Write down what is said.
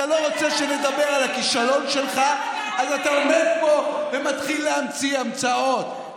אתה לא רוצה שנדבר על הכישלון שלך אז אתה עומד פה ומתחיל להמציא המצאות.